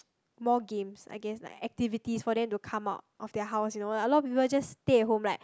more games I guess like activities for them to come out of their house you know a lot of people just stay at home like